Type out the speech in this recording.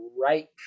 right